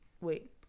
wait